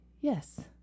yes